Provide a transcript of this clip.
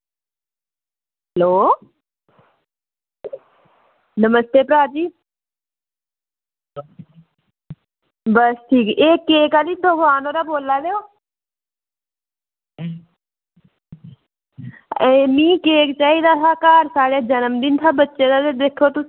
hello नमस्ते भ्राऽ जी बस ठीक एह् केक आह्ली दकान उप्परा बोला दे ओ मिगी केक चाहिदा हा घर साढ़े जनमदिन था बच्चे दा ते दिक्खो तुस